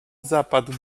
zapadał